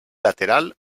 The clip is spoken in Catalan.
lateral